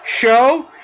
show